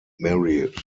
married